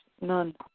None